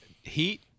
Heat